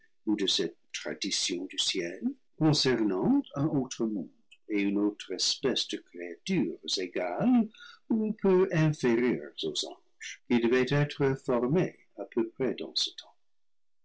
de cette tradition du ciel concernant un autre monde et une autre espèce de créatures égales ou peu inférieures aux anges qui devaient être formées à peu près dans ce temps